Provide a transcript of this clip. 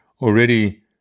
Already